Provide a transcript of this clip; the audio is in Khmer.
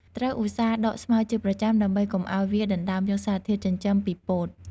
ត្រូវឧស្សាហ៍ដកស្មៅជាប្រចាំដើម្បីកុំឱ្យវាដណ្តើមយកសារធាតុចិញ្ចឹមពីពោត។